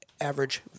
Average